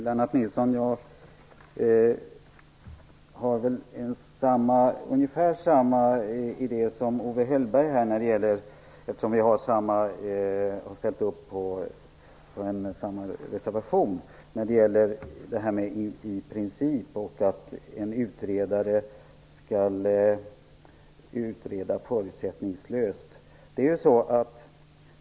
Fru talman! Eftersom jag har ställt upp på samma reservation som Owe Hellberg vill jag säga till Lennart Nilsson att jag har ungefär samma idé när det gäller det här med skrivningen "i princip" och att en utredare skall utreda förutsättningslöst.